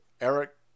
Eric